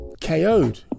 KO'd